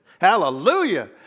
Hallelujah